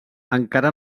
encara